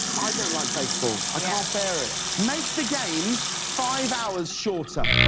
i don't like baseball. i can't bear it, make the games five hours shorter.